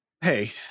Hey